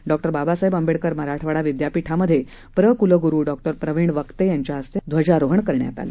डॉ बाबासाहेब आंबेडकर मराठवाडा विद्यापीठामधे प्र कुलगुरू डॉ प्रविण वक्ते यांच्या हस्ते ध्वजारोहण करण्यात आलं